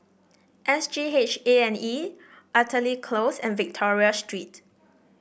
S G H A and E Artillery Close and Victoria Street